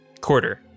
Quarter